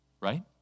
right